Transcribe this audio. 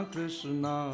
Krishna